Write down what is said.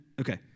Okay